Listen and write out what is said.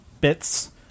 bits